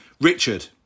Richard